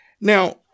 Now